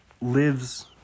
lives